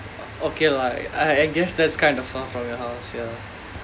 okay lah I I guess that's kind of far from your house ya